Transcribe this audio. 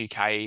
UK